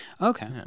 Okay